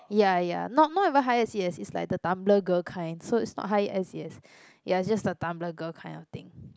ya ya not not even high S_E_S it's like the Tumblr girl kind so it's not high S_E_S ya it's just the Tumblr girl kind of thing